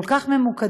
כל כך ממוקדים.